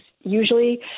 usually